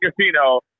casino